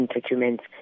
documents